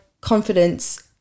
confidence